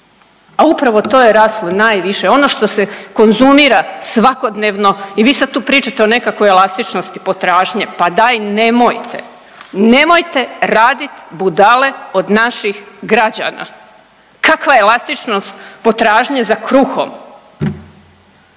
a upravo to je raslo najviše. Ono što se konzumira svakodnevno i vi sad tu pričate o nekakvoj elastičnosti potražnje. Pa daj nemojte! Nemojte radit budale od naših građana! Kakva elastičnost potražnje za kruhom?